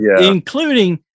including